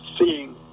seeing